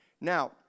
Now